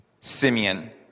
Simeon